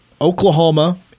Oklahoma